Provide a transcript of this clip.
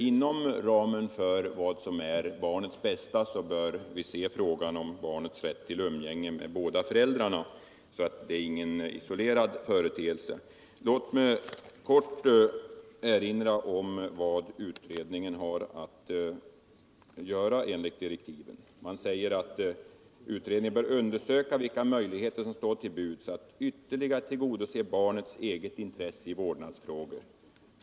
Inom ramen för vad som är barnens bästa bör vi se frågan om barns rätt till umgänge med båda föräldrarna. Det är ingen isolerad företeelse. Låt mig kort erinra om att utredningen enligt direktiven ”bör undersöka vilka möjligheter som står till buds att ytterligare tillgodose barnets eget intresse i vårdnadsfrågor.